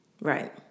Right